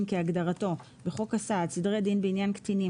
כהגדרתו בחוק הסעד (סדרי דין בענייני קטינים,